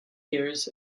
years